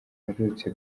mperutse